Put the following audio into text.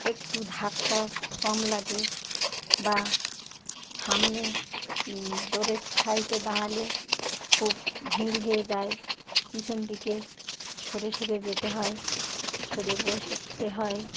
একটু ধাক্কা কম লাগে বা সামনে ডোরের সাইটে দাঁড়ালে খুব ভিড় হয়ে যায় পিছন দিকে সরে সরে যেতে হয় সরে বসতে হয়